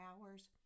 hours